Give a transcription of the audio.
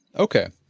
okay.